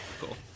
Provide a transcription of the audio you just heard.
Cool